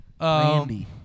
Randy